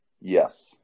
Yes